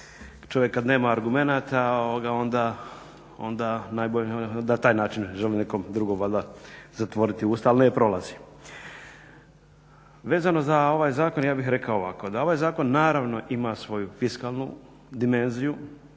čovjek kada nema argumenata onda najbolje na taj način želi nekom drugom valjda zatvoriti usta ali ne prolazi. Vezano za ovaj zakon, ja bih rekao ovako. Da ovaj zakon naravno ima svoju fiskalnu dimenziju